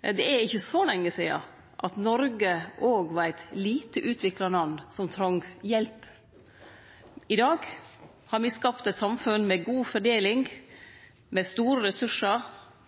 Det er ikkje så lenge sidan Noreg òg var eit lite utvikla land som trong hjelp. I dag har me skapt eit samfunn med god fordeling, med store ressursar,